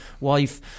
wife